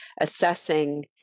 assessing